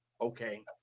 okay